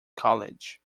college